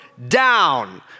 Down